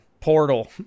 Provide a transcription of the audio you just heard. Portal